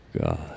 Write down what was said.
God